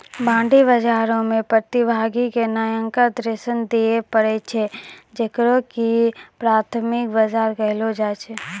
bond बजारो मे प्रतिभागी के नयका ऋण दिये पड़ै छै जेकरा की प्राथमिक बजार कहलो जाय छै